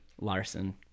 Larson